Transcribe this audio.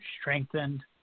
strengthened